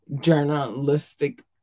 journalistic